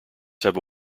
have